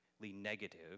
negative